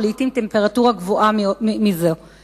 ולעתים טמפרטורה גבוהה אף יותר מחוצה לה.